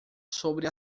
sobre